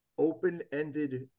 open-ended